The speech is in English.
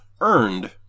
earned